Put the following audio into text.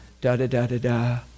da-da-da-da-da